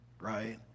right